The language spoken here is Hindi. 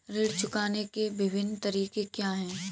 ऋण चुकाने के विभिन्न तरीके क्या हैं?